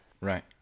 Right